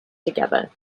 together